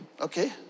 Okay